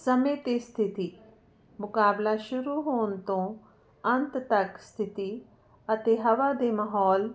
ਸਮੇਂ ਅਤੇ ਸਥਿਤੀ ਮੁਕਾਬਲਾ ਸ਼ੁਰੂ ਹੋਣ ਤੋਂ ਅੰਤ ਤੱਕ ਸਥਿਤੀ ਅਤੇ ਹਵਾ ਦੇ ਮਾਹੌਲ